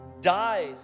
died